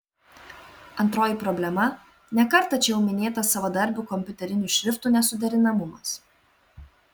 antroji problema ne kartą čia jau minėtas savadarbių kompiuterinių šriftų nesuderinamumas